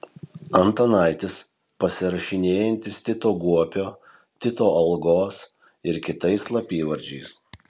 antanaitis pasirašinėjantis tito guopio tito algos ir kitais slapyvardžiais